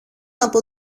από